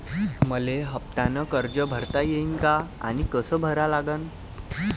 मले हफ्त्यानं कर्ज भरता येईन का आनी कस भरा लागन?